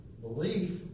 belief